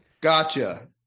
gotcha